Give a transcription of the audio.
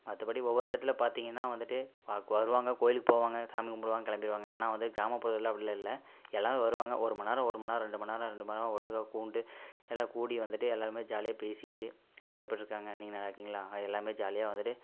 மற்றப்படி ஒவ்வொரு இடத்துல பார்த்தீங்கனா வந்துட்டு வருவாங்க கோவிலுக்கு போவாங்க சாமி கும்பிடுவாங்க கிளம்பிருவாங்க ஆனால் வந்து கிராமப்புறத்தில் அப்படிலாம் இல்லை எல்லாமே வருவாங்க ஒரு மணி நேரம் ஒரு மணி நேரம் ரெண்டு மணி நேரம் ரெண்டு மணி நேரம் ஒட்டுக்கா கூண்டு எல்லாம் கூடி வந்துட்டு எல்லோருமே ஜாலியாக பேசிகிட்டு அவங்க எப்படி இருக்காங்க நீங்கள் நல்லா இருக்கீங்களா எல்லாமே ஜாலியாக வந்துட்டு